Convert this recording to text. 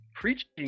preaching